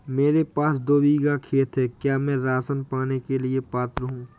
मेरे पास दो बीघा खेत है क्या मैं राशन पाने के लिए पात्र हूँ?